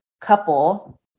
couple